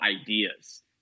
ideas